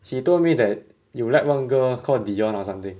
she told me that you like one girl called dion or something